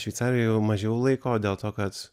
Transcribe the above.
šveicarijoj jau mažiau laiko dėl to kad